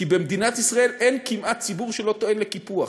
כי במדינת ישראל אין כמעט ציבור שלא טוען על קיפוח,